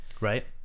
Right